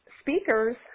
speakers